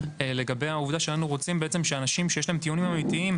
לגבי העובדה שהיינו רוצים שאנשים שיש להם טיעונים אמיתיים,